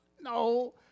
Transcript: No